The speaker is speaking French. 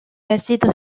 l’acide